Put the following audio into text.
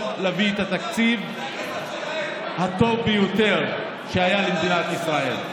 להביא את התקציב הטוב ביותר שהיה למדינת ישראל.